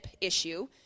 issue